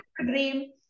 dream